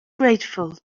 grateful